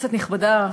כנסת נכבדה,